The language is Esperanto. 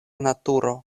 naturo